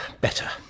better